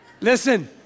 Listen